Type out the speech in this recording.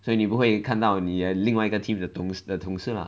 所以你不会看到你的另外一个 team 的同的同事 lah